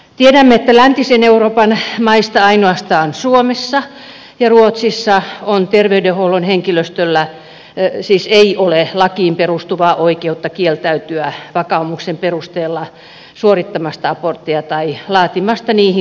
tiedämme että läntisen euroopan maista ainoastaan suomessa ja ruotsissa terveydenhuollon henkilöstöllä ei ole lakiin perustuvaa oikeutta kieltäytyä vakaumuksen perusteella suorittamasta abortteja tai laatimasta niihin liittyviä lausuntoja